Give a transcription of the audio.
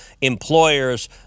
employers